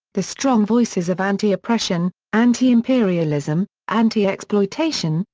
the strong voices of anti-oppression, anti-imperialism, anti-exploitation,